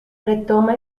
retoma